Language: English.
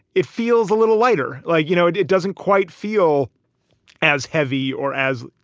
it feels a little lighter, like, you know, it it doesn't quite feel as heavy or as,